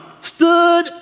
stood